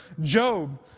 Job